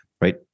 right